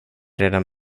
redan